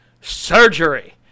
surgery